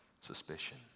suspicion